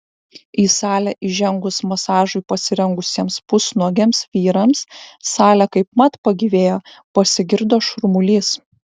į salę įžengus masažui pasirengusiems pusnuogiams vyrams salė kaipmat pagyvėjo pasigirdo šurmulys